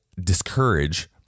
discourage